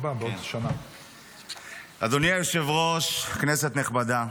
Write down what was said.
אדוני היושב-ראש, כנסת נכבדה,